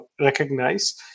recognize